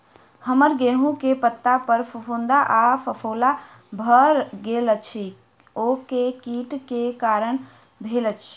हम्मर गेंहूँ केँ पत्ता पर फफूंद आ फफोला भऽ गेल अछि, ओ केँ कीट केँ कारण भेल अछि?